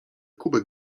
kubek